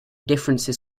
differences